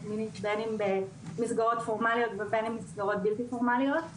מינית בין במסגרות פורמליות ובין במסגרות בלתי פורמליות.